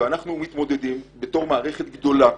ואנחנו מתמודדים בתור מערכת גדולה